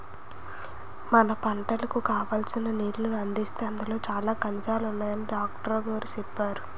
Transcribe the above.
మన పంటలకు కావాల్సిన నీళ్ళను అందిస్తే అందులో చాలా ఖనిజాలున్నాయని డాట్రుగోరు చెప్పేరు